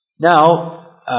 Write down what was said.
Now